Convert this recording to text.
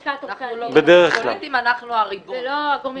לא לשכת עורכי הדין --- ולא הגורמים